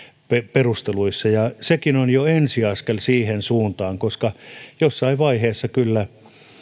perusteluissa ja sekin on jo ensi askel siihen suuntaan koska jossain vaiheessa kyllä